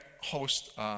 host